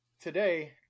today